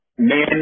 Man